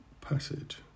passage